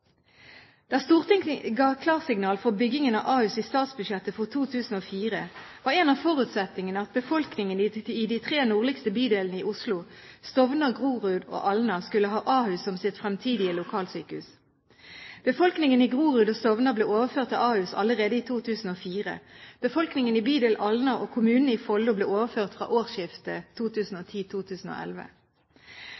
Da Stortinget ga klarsignal for byggingen av Ahus i statsbudsjettet for 2004, var en av forutsetningene at befolkningen i de tre nordligste bydelene i Oslo – Stovner, Grorud og Alna – skulle ha Ahus som sitt fremtidige lokalsykehus. Befolkningen i Grorud og Stovner ble overført til Ahus allerede i 2004. Befolkningen i bydel Alna og kommunene i Follo ble overført fra årsskiftet